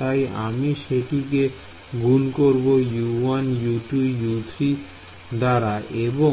তাই আমি সেটিকে গুন করব U1 U2 ও U3 দাঁড়া এবং